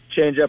changeup